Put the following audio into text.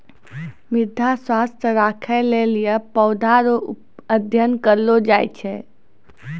मृदा स्वास्थ्य राखै लेली पौधा रो अध्ययन करलो जाय छै